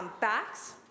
backs